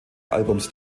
albums